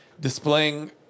displaying